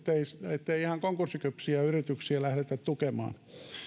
ettei ihan konkurssikypsiä yrityksiä lähdetä tukemaan